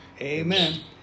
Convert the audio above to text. Amen